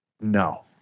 No